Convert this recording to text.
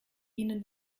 ihnen